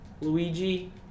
Luigi